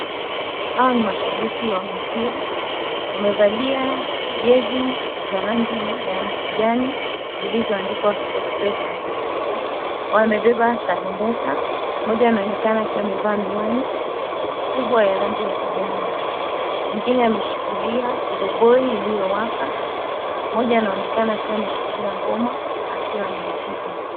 Hawa ni mashabiki wa mpira wamevalia jezi za rangi ya kijani zilizoandikwa Sport Pesa. Wamebeba tarumbeta. Moja anaonekana akiwa amevalia miwani kubwa ya rangi ya kijani. Mwingine ameshikilia koroboi iliyo waka. Moja anaonekana akiwa ameshikilia ngoma akiwa anaipiga.